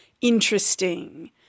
interesting